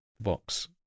box